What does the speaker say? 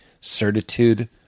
certitude